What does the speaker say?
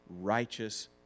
righteous